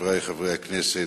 רבותי חברי הכנסת,